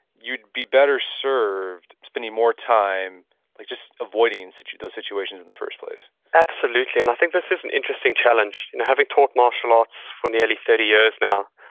you'd be better served spending more time like just avoiding those situations in the first place absolutely. and i think this is an interesting challenge. you know having taught martial arts for nearly thirty years now,